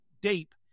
deep